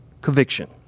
conviction